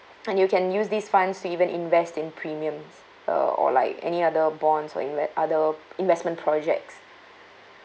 and you can use these funds to even invest in premiums uh or like any other bonds or you have other investment projects